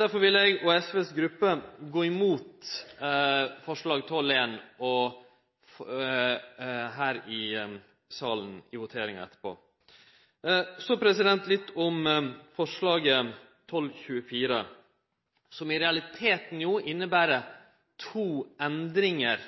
Derfor vil eg og SVs gruppe gå imot forslaget i Dokument nr. 12:1 under voteringa her i salen etterpå. Så litt om forslaget i Dokument nr. 12:24, som i realiteten inneber to endringar